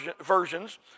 versions